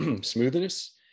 smoothness